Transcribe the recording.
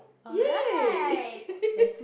yay